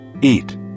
eat